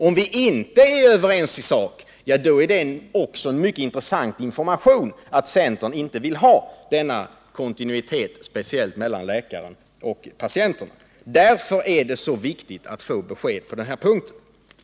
Om vi inte är överens isak, ja, då är det också en mycket intressant information om att centern inte vill ha denna kontinuitet, speciellt mellan läkare och patienter. Därför är det viktigt att få besked på den här punkten.